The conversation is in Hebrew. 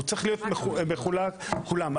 הוא צריך להיות מחולק על כולם.